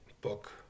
book